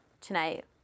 tonight